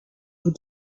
vous